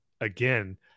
again